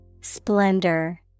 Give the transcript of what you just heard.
Splendor